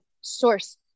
source